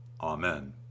Amen